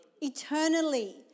eternally